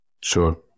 Sure